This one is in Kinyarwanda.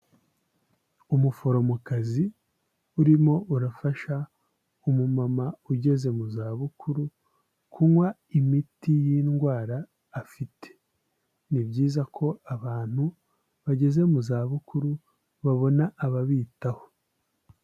Umuforomokazi urimo urafasha umumama ugeze mu zabukuru kunywa imiti y'indwara afite, ni byiza ko abantu bageze mu za bukuru babona ababitaho.